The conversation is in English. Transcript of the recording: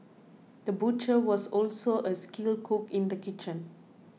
the butcher was also a skilled cook in the kitchen